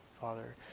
father